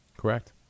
Correct